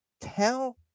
Tell